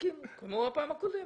ותסכימו כמו בפעם הקודמת.